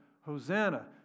Hosanna